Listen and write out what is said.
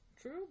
True